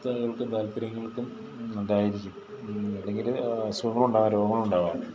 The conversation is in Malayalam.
കൾക്കും താല്പര്യങ്ങൾക്കും ഉണ്ടായിരിക്കും അല്ലെങ്കിൽ അസുഖങ്ങൾ ഉണ്ടാവാം രോഗങ്ങൾ ഉണ്ടാവാം